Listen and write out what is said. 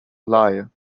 liar